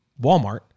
Walmart